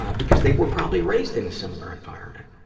ah because they were probably raised in a similar environment.